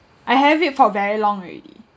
I have it for very long already